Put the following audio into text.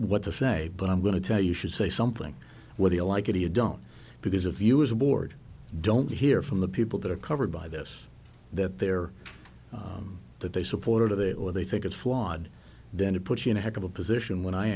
what to say but i'm going to tell you should say something whether you like it or you don't because of you as a board don't hear from the people that are covered by this that they're that they supported it or they think it's flawed then it puts you in a heck of a position when i